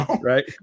Right